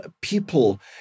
people